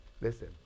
Listen